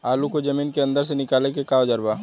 आलू को जमीन के अंदर से निकाले के का औजार बा?